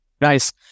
Nice